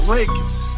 Lakers